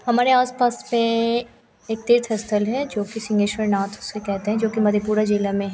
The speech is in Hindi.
हमारे आसपास में एक तीर्थ स्थल है जोकि सिंहेश्वरनाथ उसे कहते हैं जोकि मधेपुरा जिला में है